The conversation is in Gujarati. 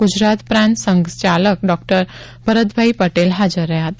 ગુજરાત પ્રાંત સંઘચાલક ડોક્ટર ભરતભાઈ પટેલ હાજર રહ્યા હતા